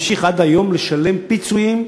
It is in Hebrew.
ממשיך עד היום הזה לשלם פיצויים,